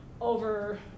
over